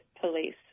police